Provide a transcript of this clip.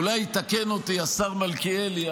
אולי יתקן אותי השר מלכיאלי,